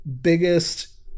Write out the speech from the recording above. biggest